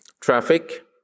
traffic